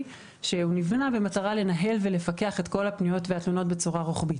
שנבנה במטרה לנהל ולפקח את כל הפניות והתלונות בצורה רוחבית.